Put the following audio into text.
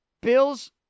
Bills